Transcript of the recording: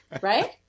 Right